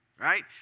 right